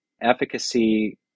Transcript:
efficacy